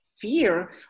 fear